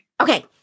Okay